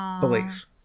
belief